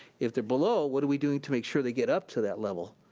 if they're below, what are we doing to make sure they get up to that level?